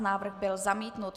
Návrh byl zamítnut.